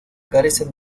carecen